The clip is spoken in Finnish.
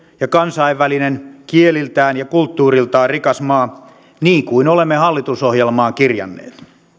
ja kansainvälinen kieliltään ja kulttuuriltaan rikas maa niin kuin olemme hallitusohjelmaan kirjanneet